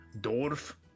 Dorf